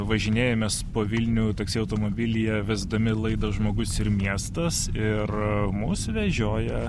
važinėjamės po vilnių taksi automobilyje vesdami laidą žmogus ir miestas ir mus vežioja